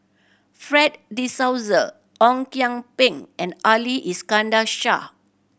Fred De Souza Ong Kian Peng and Ali Iskandar Shah